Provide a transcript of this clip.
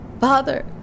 father